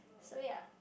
so ya